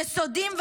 יסודיים,